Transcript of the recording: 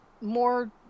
more